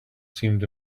seemed